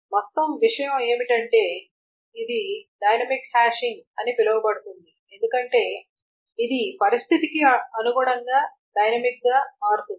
మొత్తం విషయం ఏమిటంటే ఇది డైనమిక్ హ్యాషింగ్ అని పిలువబడుతుంది ఎందుకంటే ఇది పరిస్థితికి అనుగుణంగా డైనమిక్గా మారుతుంది